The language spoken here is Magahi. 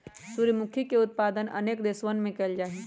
सूर्यमुखी के उत्पादन अनेक देशवन में कइल जाहई